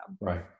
right